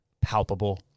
palpable